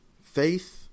faith